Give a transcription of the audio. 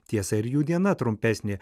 tiesa ir jų diena trumpesnė